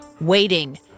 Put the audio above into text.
waiting